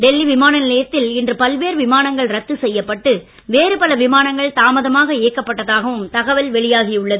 டெல்லி விமான நிலையத்தில் இன்று பல்வேறு விமானங்கள் ரத்து செய்யப்பட்டு வேறு பல விமானங்கள் தாமதமாக இயக்கப்பட்டதாகவும் தகவல் வெளியாகி உள்ளது